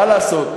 מה לעשות.